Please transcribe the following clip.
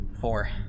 Four